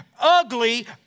ugly